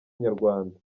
inyarwanda